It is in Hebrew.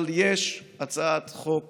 אבל יש חוק,